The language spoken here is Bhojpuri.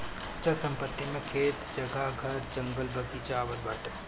अचल संपत्ति मे खेत, जगह, घर, जंगल, बगीचा आवत बाटे